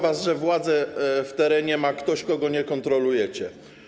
was, że władzę w terenie ma ktoś, kogo nie kontrolujecie.